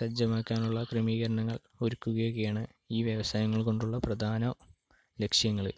സജ്ജമാക്കാനുള്ള ക്രമീകരണങ്ങൾ ഒരുക്കുകയും ആണ് ഈ വ്യവസായങ്ങൾ കൊണ്ടുള്ള പ്രധാന ലക്ഷ്യങ്ങൾ